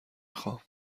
خوام